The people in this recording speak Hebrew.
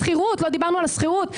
לא דיברנו על השכירות,